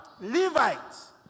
Levites